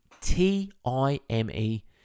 T-I-M-E